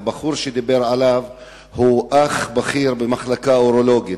הבחור שעליו דובר הוא אח בכיר במחלקה האורולוגית.